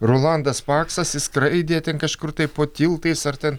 rolandas paksas skraidė ten kažkur tai po tiltais ar ten